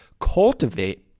cultivate